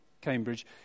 Cambridge